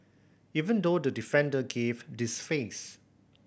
even though the defender gave this face